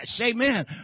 Amen